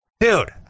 Dude